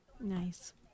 Nice